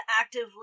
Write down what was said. actively